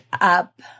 up